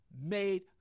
made